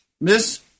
Miss